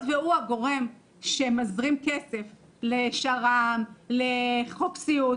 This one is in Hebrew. היות והוא הגורם שמזרים כסף לשר"מ לחוק סיעוד,